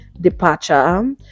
departure